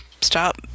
stop